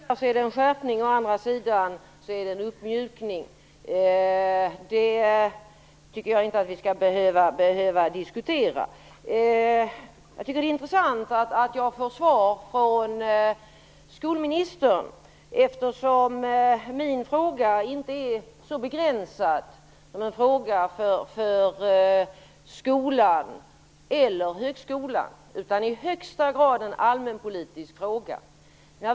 Fru talman! Till vissa delar är det en skärpning. Å andra sidan är det en uppmjukning. Det tycker jag inte att vi skall behöva diskutera. Jag tycker att det är intressant att jag får svar av skolministern eftersom min fråga inte är så begränsad. Det är inte en fråga om skolan eller högskolan, utan i högsta grad en allmänpolitisk fråga.